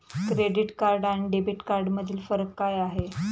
Credit card आणि debit कार्डमधील फरक काय आहे?